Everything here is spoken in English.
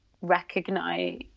recognize